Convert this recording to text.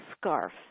SCARF